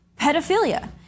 pedophilia